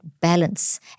balance